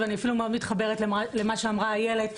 ואני אפילו מאוד מתחברת למה שאמרה איילת.